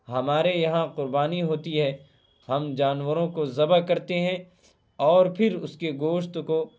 ہمارے یہاں قربانی ہوتی ہے ہم جانوروں کو ذبح کرتے ہیں اور پھر اس کے گوشت کو